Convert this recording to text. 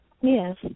Yes